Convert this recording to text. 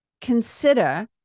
consider